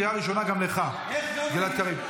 קריאה ראשונה גם לך, גלעד קריב.